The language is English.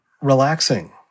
relaxing